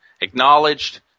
Acknowledged